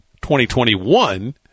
2021